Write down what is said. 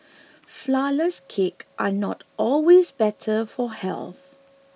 Flourless Cakes are not always better for health